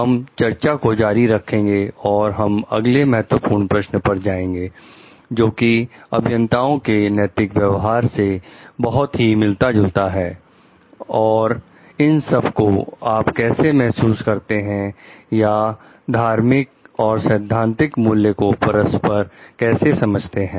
हम चर्चा को जारी रखेंगे और हम अगले महत्वपूर्ण प्रश्न पर जाएंगे जो कि अभियंताओं के नैतिक व्यवहार से बहुत ही मिलता जुलता है और इन सब को आप कैसा महसूस करते हैं या धार्मिक और सैद्धांतिक मूल्य को परस्पर कैसे समझते हैं